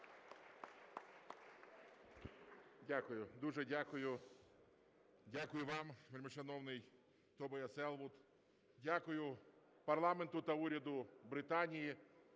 Дякую. Дуже дякую вам, вельмишановний Тобайяс Елвуд. Дякую парламенту та уряду Британії